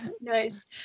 Nice